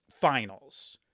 finals